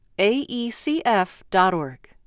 AECF.org